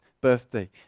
birthday